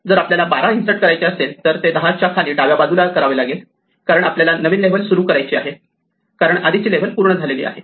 जर आपल्याला 12 इन्सर्ट करायचे असेल तर ते 10 च्या खाली डाव्या बाजूला करावे लागेल कारण आपल्याला नवीन लेव्हल सुरू करायची आहे कारण आधीची लेव्हल पूर्ण झालेली आहे